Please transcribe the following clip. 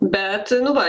bet nu va